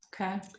Okay